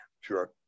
Sure